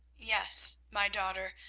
yes, my daughter,